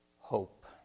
hope